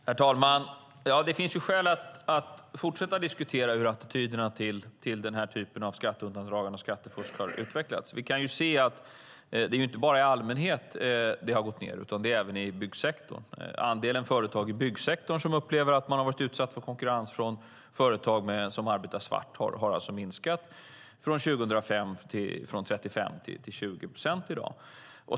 Herr talman! Ja, det finns skäl att fortsätta att diskutera hur attityderna till den här typen av skatteundandragande och skattefusk har utvecklats. Vi kan se att det inte bara är i allmänhet som det har gått ned, utan det har det även gjort i byggsektorn. Andelen företag i byggsektorn som upplever att de varit utsatta för konkurrens från företag som arbetar svart har minskat från 35 procent 2005 till 20 procent i dag.